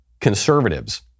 conservatives